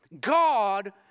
God